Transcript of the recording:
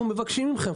אנחנו מבקשים מכם,